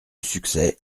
succès